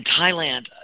Thailand